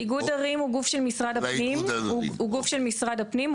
איגוד ערים הוא גוף של משרד הפנים,